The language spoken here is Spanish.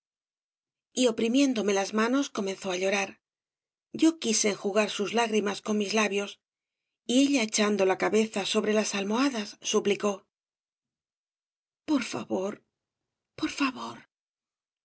y oprimiéndome las manos comenzó á llorar yo quise enjugar sus lágrimas con mis labios y ella echando la cabeza sobre las almohadas suplicó por favor por favor